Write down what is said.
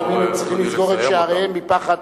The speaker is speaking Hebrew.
לפעמים הם צריכים לסגור את שעריהם מפחד,